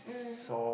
mm